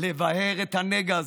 לבער את הנגע הזה,